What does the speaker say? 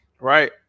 right